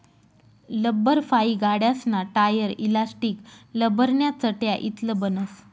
लब्बरफाइ गाड्यासना tyre, elastic, लब्बरन्या चटया इतलं बनस